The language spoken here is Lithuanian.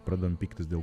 pradedam pyktis dėl